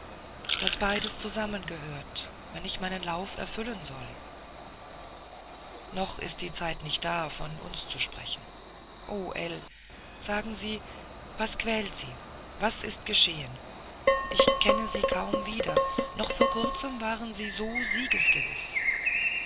daß beides zusammengehört wenn ich meinen lauf erfüllen soll noch ist die zeit nicht da von uns zu sprechen oell sagen sie was quält sie was ist geschehen ich kenne sie kaum wieder noch vor kurzem waren sie so